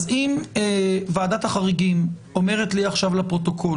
אם ועדת החריגים אומרת לי עכשיו לפרוטוקול